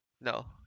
no